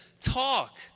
talk